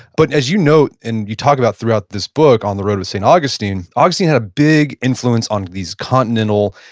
but as you know and you talk about throughout this book on the road with saint augustine. augustine had a big influence on these continental,